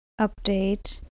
update